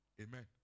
Amen